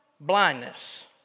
blindness